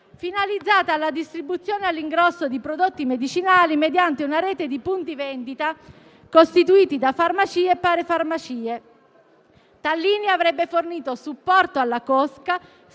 finalizzata alla distribuzione all'ingrosso di prodotti medicinali mediante una rete di punti vendita costituiti da farmacie e parafarmacie. Tallini avrebbe fornito supporto alla cosca,